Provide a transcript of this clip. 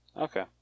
okay